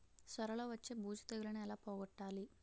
సొర లో వచ్చే బూజు తెగులని ఏల పోగొట్టాలి?